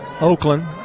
Oakland